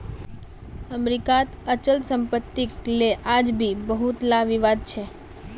अमरीकात अचल सम्पत्तिक ले आज भी बहुतला विवाद छ